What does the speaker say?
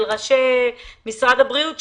אל ראשי משרד הבריאות,